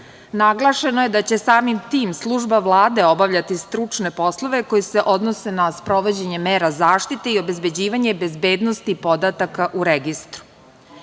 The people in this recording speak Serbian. Naglašeno je da će samim tim služba Vlade obavljati stručne poslove koji se odnose na sprovođenje mera zaštite i obezbeđivanje bezbednosti podataka u registru. Što